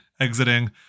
exiting